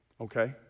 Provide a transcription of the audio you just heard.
okay